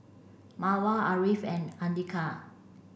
Mawar Ariff and Andika